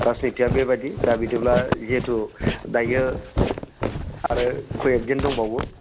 राजनितिया बेबायदि दा बिदिब्ला जिहेतु दायो आरो कय एक दिन दंबावो